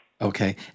Okay